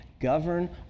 govern